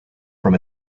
from